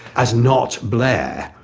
as not blair.